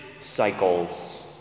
cycles